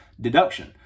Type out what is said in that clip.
deduction